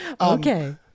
Okay